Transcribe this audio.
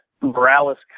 Morales